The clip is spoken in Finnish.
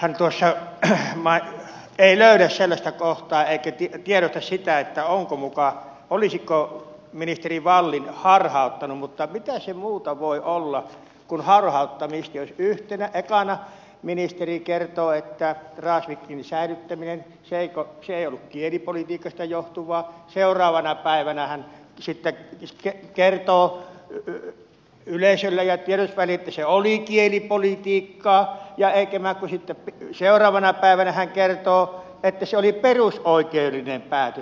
edustaja blomqvist ei löydä sellaista kohtaa eikä tiedosta sitä olisiko ministeri wallin harhauttanut mutta mitä se muuta voi olla kuin harhauttamista jos ekana ministeri kertoo että dragsvikin säilyttäminen ei ollut kielipolitiikasta johtuvaa seuraavana päivänä hän sitten kertoo yleisölle ja tiedotusvälineille että se oli kielipolitiikkaa ja seuraavana päivänä hän kertoo että se oli perusoikeudellinen päätös